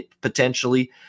potentially